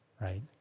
right